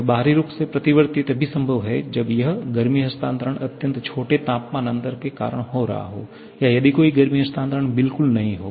यह बाहरी रूप से प्रतिवर्ती तभी संभव है जब यह गर्मी हस्तांतरण अत्यंत छोटे तापमान अंतर के कारण हो रहा हो या यदि कोई गर्मी हस्तांतरण बिल्कुल नहीं हो